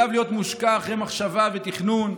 עליו להיות מושקע אחרי מחשבה ותכנון,